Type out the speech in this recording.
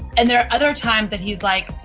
and there are other times that he's like,